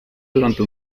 durante